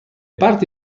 parti